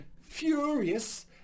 furious